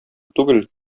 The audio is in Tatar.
түгел